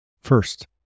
First